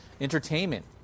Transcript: entertainment